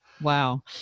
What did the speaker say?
Wow